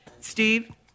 Steve